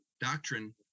Doctrine